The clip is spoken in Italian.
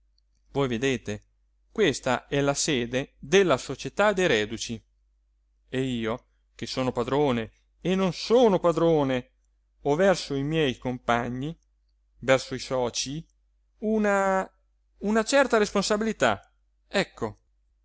voi vedete questa è la sede della società dei reduci e io che sono padrone e non sono padrone ho verso i miei compagni verso i socii una una certa responsabilità ecco